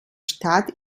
stadt